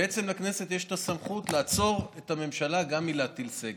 בעצם לכנסת יש סמכות לעצור את הממשלה גם מלהטיל סגר.